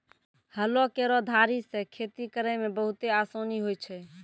हलो केरो धारी सें खेती करै म बहुते आसानी होय छै?